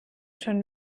schon